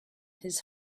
his